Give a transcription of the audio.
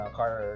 car